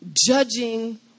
judging